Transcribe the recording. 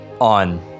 on